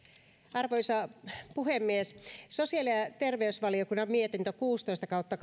arvoisa puhemies sosiaali ja terveysvaliokunnan mietintö kuusitoista kautta